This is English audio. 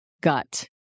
gut